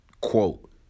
Quote